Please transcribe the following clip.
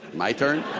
my turn?